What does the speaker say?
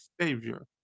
Savior